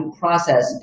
process